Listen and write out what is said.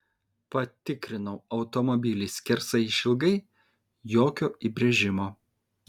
patikrinau automobilį skersai išilgai jokio įbrėžimo